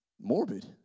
morbid